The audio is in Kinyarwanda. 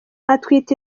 atwite